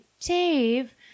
Dave